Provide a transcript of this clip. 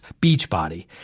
Beachbody